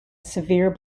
severe